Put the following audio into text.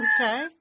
Okay